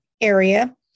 area